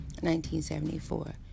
1974